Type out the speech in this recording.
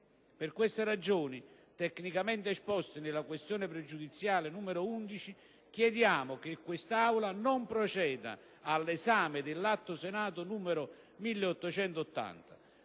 Per queste ragioni, tecnicamente esposte nella questione pregiudiziale n. 11, chiediamo che quest'Aula non proceda all'esame del disegno di legge n. 1880,